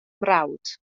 mrawd